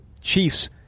Chiefs